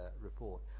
report